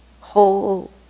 whole